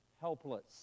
helpless